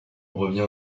revient